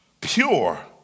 pure